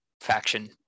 faction